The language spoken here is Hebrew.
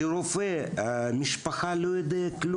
כי רופא משפחה לא יודע כלום.